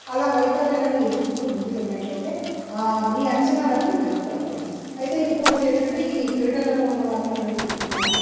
అలా వైఫల్యాలను ఎదుర్కొంటూ ముందుకి వెళ్ళిన్నట్లయితే మీ అంచనాలన్నీ కరెక్ట్ అవుతాయి అయితే ఇంకొకటి ఏంటంటే ఈ క్రీడల్లో ఉన్నవాళ్ళు వెయిట్ లిఫ్టింగ్ అని